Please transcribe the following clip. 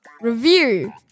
review